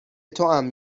توام